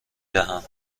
دهم